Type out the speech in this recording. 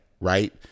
right